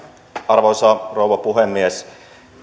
arvoisa rouva puhemies